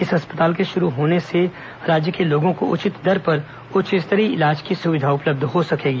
इस अस्पताल के शुरू होने से राज्य के लोगों को उचित दर पर उच्च स्तरीय चिकित्सा सुविधा उपलब्ध होगी